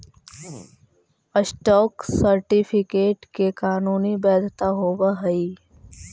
stock certificate के कानूनी वैधता होवऽ हइ